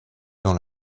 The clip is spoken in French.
dans